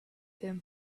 him